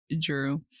Drew